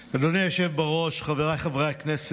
אדוני היושב-ראש, חבריי חברי הכנסת,